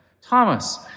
Thomas